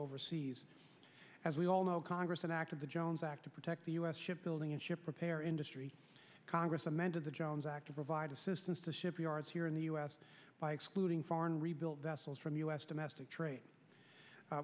overseas as we all know congress enacted the jones act to protect the us ship building and ship repair industry congress amended the jones act to provide assistance to shipyards here in the us by excluding foreign rebuild vessels from u s domestic tra